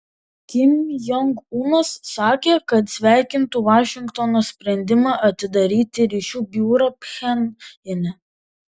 kim jong unas sakė kad sveikintų vašingtono sprendimą atidaryti ryšių biurą pchenjane